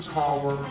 power